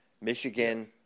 Michigan